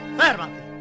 fermati